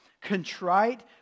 contrite